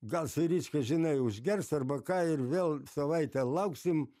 gal su rička žinai užgers arba ką ir vėl savaitę lauksim